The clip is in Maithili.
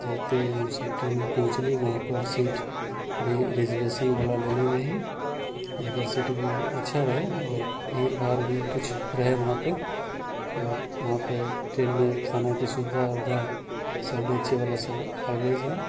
जाइते हमसब ट्रेनमे पहुँचली वहाँपर सीट भी रिजर्वेशनवला लेले रही जकर सीट भी अच्छा रहै भीड़ भाड़ भी किछु रहै वहाँपर आओर वहाँपर ट्रेनमे खानाके सुविधा उविधा सब बेचैवलासब आबै जाइ